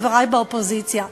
חברי באופוזיציה,